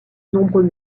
nombreux